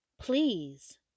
please